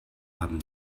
haben